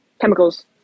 chemicals